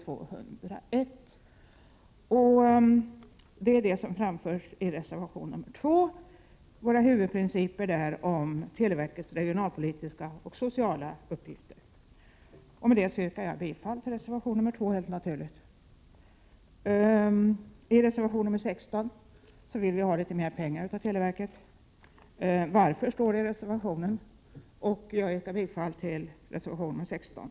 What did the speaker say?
1987/88:137 Motionerna har följts upp i reservation 2, där våra huvudprinciper för 9 juni 1988 televerkets regionalpolitiska och sociala uppgifter redovisas. Helt naturligt yrkar jag bifall till den reservationen. I reservation 16 vill centerns ledamöter i utskottet att statskassan skall få litet mera pengar av televerket. Anledningen härtill anges i reservationen, och jag yrkar bifall till reservation 16.